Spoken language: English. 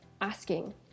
asking